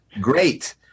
great